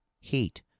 heat